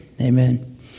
Amen